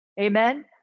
Amen